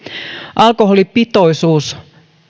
alkoholipitoisuus